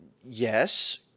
yes